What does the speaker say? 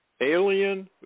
Alien